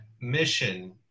mission